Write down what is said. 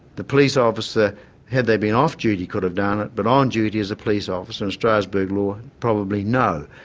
the police officer had they been off duty, could have done it, but on duty as a police officer in strasbourg law, probably no.